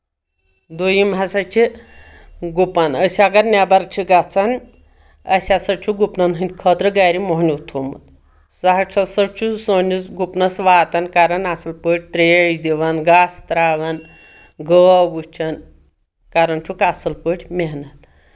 دٔیِم ہسا چھِ گُپن أسۍ اگر نؠبر چھِ گژھان اَسہِ ہسا چھُ گُپنن ہٕنٛدۍ خٲطرٕ گرِ مۄہنیو تھومُت سُہ ہسا چھُ سون گُپنس واتان کران اَصٕل پٲٹھۍ ترٛیش دِوان گاسہٕ ترٛاوَان گٲو گُچھن کران چھُکھ اَصٕل پٲٹھۍ محنت